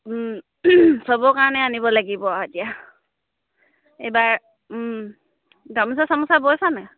সবৰ কাৰণে আনিব লাগিব আৰু এতিয়া এইবাৰ গামোচা চামোচা বৈছানে